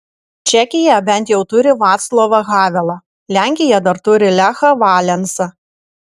čekija bent jau turi vaclovą havelą lenkija dar turi lechą valensą